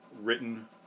written